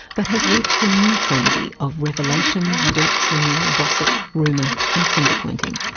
but has reached a new frenzy of revelations, dirt slinging, gossip, rumour and finger pointing.